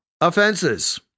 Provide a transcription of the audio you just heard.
offenses